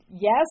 Yes